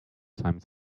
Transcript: time